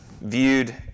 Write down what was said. viewed